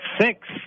six